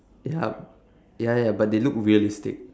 ya ya ya but they look realistic